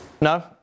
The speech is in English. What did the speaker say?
No